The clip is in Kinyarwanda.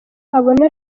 abona